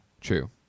True